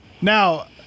Now